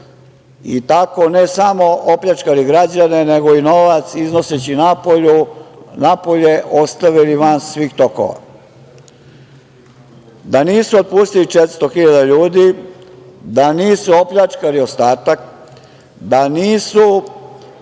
i tako ne samo opljačkali građane nego i novac iznoseći napolje ostavili van svih tokova. Da nisu otpustili 400.000 ljudi, da nisu opljačkali ostatak, da nisu